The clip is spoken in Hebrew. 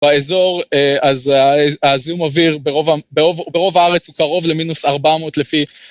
באזור, הזיהום אוויר ברוב הארץ הוא קרוב למינוס 400 לפי...